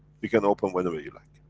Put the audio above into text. you can open whenever you like.